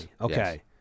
Okay